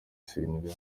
senegal